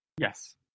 Yes